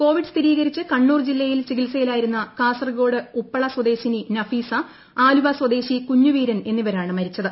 Covid സ്ഥിരീകരിച്ച് കണ്ണൂർ ജില്ലയിൽ ചികിത്സലായിരുന്ന കാസർഗോഡ് ഉപ്പള സ്വദേശിനി നഫീസ ആലുവ സ്വദേശി കുഞ്ഞുവീരൻ എന്നിവരാണ് മരിച്ചത്